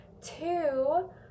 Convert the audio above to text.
two